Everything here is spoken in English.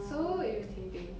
so irritating